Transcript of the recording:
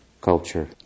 culture